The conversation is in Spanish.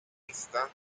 está